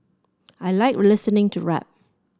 I like listening to rap